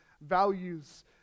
values